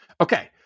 Okay